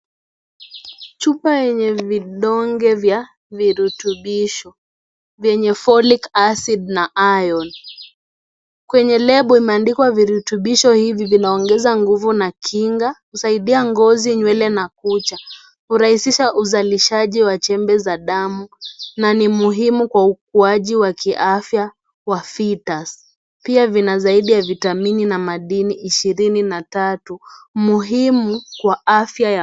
Chupa yenye vidonge vya virutubisho vyenye folic acid na iron kwenye lebo imeandikwa virutubisho hivi vinaongeza nguvu na kinga, husaidia ngozi, nywele na kucha, hurahisisha uzalishaji wa ...za damu na muhimu kwa ukuaji wa afya wa foetus pia vinasaidia vitamini na madini ishirini na tatu muhimu kwa afya ya